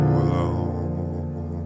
alone